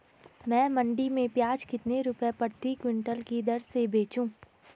मैं मंडी में प्याज कितने रुपये प्रति क्विंटल की दर से बेचूं?